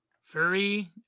furry